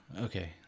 Okay